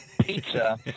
pizza